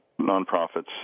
nonprofits